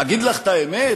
אגיד לך את האמת?